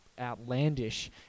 outlandish